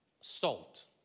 salt